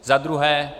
Za druhé.